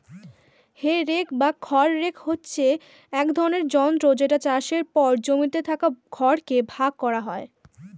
হে rake বা খড় rake হচ্ছে এক ধরণের যন্ত্র যেটা চাষের পর জমিতে থাকা খড় কে ভাগ করা হয়